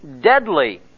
deadly